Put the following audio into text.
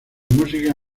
música